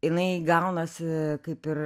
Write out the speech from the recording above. jinai gaunasi kaip ir